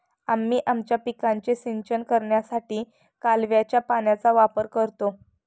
आम्ही आमच्या पिकांचे सिंचन करण्यासाठी कालव्याच्या पाण्याचा वापर करतो